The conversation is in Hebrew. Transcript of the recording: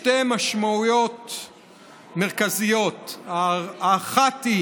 להכרזה שתי משמעויות מרכזיות: האחת היא